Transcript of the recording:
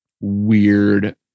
weird